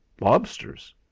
lobsters